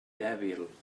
dèbil